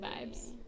vibes